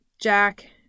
Jack